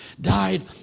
died